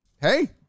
Hey